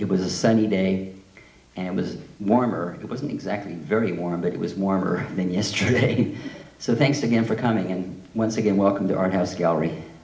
it was a sunny day and it was warmer it wasn't exactly very warm but it was warmer than yesterday so thanks again for coming in once again welcome to our house gallery